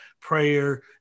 prayer